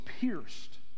pierced